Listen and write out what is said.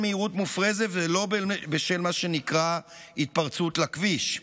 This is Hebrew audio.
מהירות מופרזת ולא בשל מה שנקרא "התפרצות לכביש",